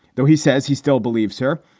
though he says he still believes her.